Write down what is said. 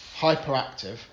hyperactive